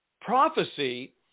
prophecy